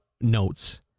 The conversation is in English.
notes